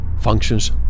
functions